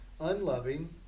Unloving